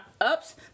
ups